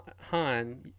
Han